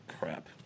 crap